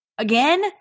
Again